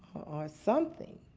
or something.